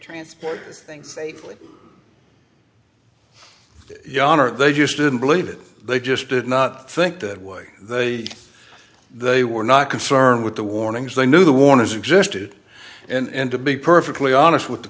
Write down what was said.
transport things safely yonder they just didn't believe it they just did not think that way they they were not concerned with the warnings they knew the warners existed and to be perfectly honest with the